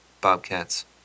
bobcats